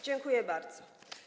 Dziękuję bardzo.